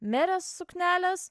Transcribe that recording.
merės suknelės